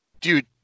dude